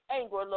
anger